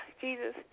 Jesus